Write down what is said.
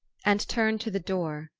and turned to the door,